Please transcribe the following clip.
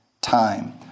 time